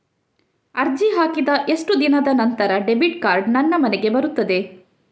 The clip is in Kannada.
ಅರ್ಜಿ ಹಾಕಿದ ಎಷ್ಟು ದಿನದ ನಂತರ ಡೆಬಿಟ್ ಕಾರ್ಡ್ ನನ್ನ ಮನೆಗೆ ಬರುತ್ತದೆ?